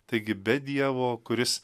taigi be dievo kuris